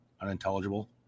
unintelligible